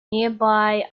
nearby